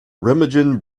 remagen